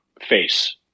face